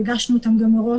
הגשנו אותן גם מראש